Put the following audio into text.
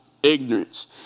Ignorance